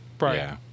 Right